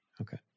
Okay